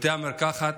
בבתי המרקחת,